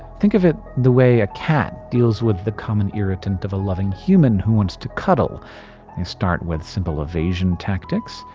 think of it the way a cat deals with the common irritant of a loving human who wants to cuddle they start with simple evasion tactics,